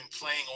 playing